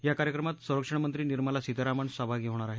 या कार्यक्रमात संरक्षणमंत्री निर्मला सीतारामन सहभागी होणार आहेत